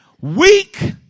weak